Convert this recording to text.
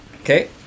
Okay